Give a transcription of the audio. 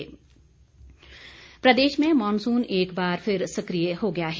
मौसम प्रदेश में मॉनसून एक बार फिर सकिय हो गया है